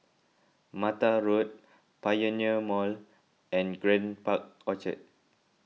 Mattar Road Pioneer Mall and Grand Park Orchard